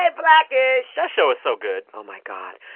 ah black-ish. that show is so good oh, my god.